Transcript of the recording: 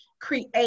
create